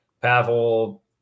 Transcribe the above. pavel